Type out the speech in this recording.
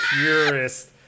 purest